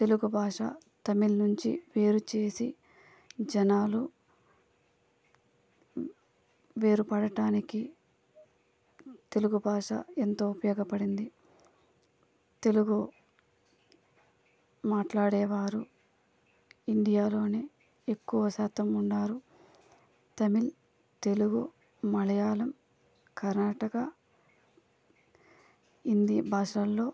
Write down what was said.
తెలుగు భాష తమిళ్ నుంచి వేరు చేసి జనాలు వేరుపడటానికి తెలుగు భాష ఎంతో ఉపయోగపడింది తెలుగు మాట్లాడేవారు ఇండియాలోనే ఎక్కువ శాతం ఉన్నారు తమిళ్ తెలుగు మలయాళం కర్ణాటక హిందీ భాషల్లో